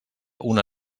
una